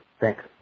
Thanks